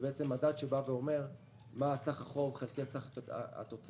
שאומר מה סך החוב חלקי סך התוצר,